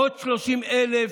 עוד 30,000,